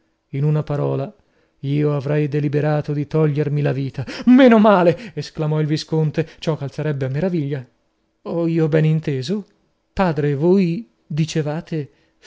in una parola io avrei deliberato di togliermi la vita meno male esclamò il visconte ciò calzerebbe a meraviglia ho io ben inteso padre voi dicevate